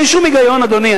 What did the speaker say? אין שום היגיון, אדוני.